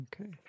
okay